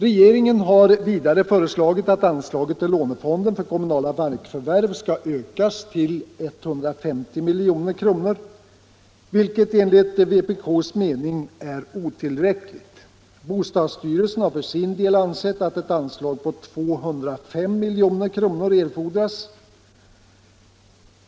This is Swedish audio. Regeringen har vidare föreslagit att anslaget till lånefonden för kommunala markförvärv skall ökas till 150 milj.kr., vilket enligt vpk:s mening är otillräckligt. Bostadsstyrelsen har för sin del ansett att ett anslag på 205 milj.kr. erfordras.